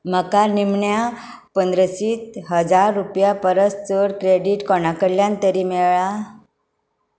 म्हाका निमण्या पंद्रसीत हजार रुपया परस चड क्रेडिट कोणा कडल्यान तरी मेळ्ळां